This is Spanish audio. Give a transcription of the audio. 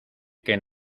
que